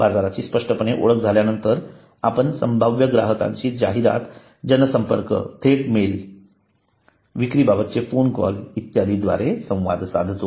बाजाराची स्पष्ठपणे ओळख झाल्यानंतर आपण संभाव्य ग्राहकांशी जाहिरात जनसंपर्क थेट मेल विक्री बाबतचे फोन कॉल इत्यादींद्वारे संवाद साधतो